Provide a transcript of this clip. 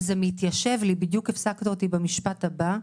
וזה מתיישב לי בדיוק הפסקת אותי במשפט הבא,